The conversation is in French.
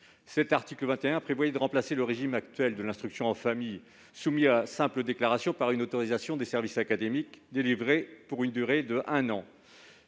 Cet article prévoyait de remplacer le régime actuel, soumis à simple déclaration, par une autorisation des services académiques délivrée pour une durée d'un an.